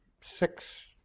six